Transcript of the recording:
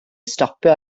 stopio